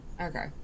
Okay